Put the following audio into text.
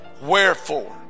Wherefore